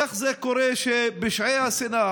איך זה קורה שפשעי השנאה,